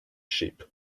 sheep